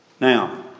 Now